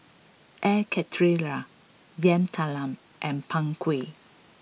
Air Karthira Yam Talam and Png Kueh